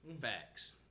Facts